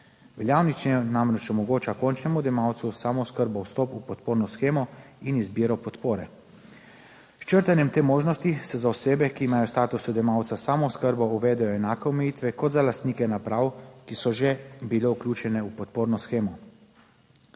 Veljavni člen namreč omogoča končnemu odjemalcu samooskrbo, vstop v podporno shemo. In izbiro podpore, s črtanjem te možnosti se za osebe, ki imajo status odjemalca samooskrbo, uvedejo enake omejitve kot za lastnike naprav, ki so že bile vključene v podporno shemo.